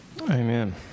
Amen